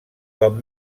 com